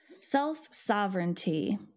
self-sovereignty